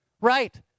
Right